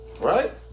Right